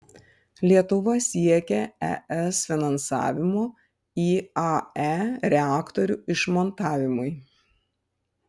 lietuva siekia es finansavimo iae reaktorių išmontavimui